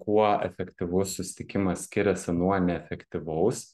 kuo efektyvus susitikimas skiriasi nuo neefektyvaus